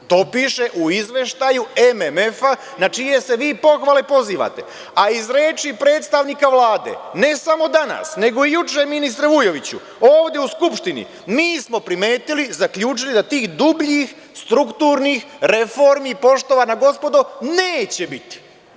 To piše u izveštaju MMF-a, na čije ste vi pohvale pozivate, a iz reči predstavnika Vlade, ne samo danas, nego i juče, ministre Vujoviću, ovde u Skupštini, mi smo primetili i zaključili da tih dubljih strukturnih reformi, poštovana gospodo, neće biti.